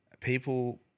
people –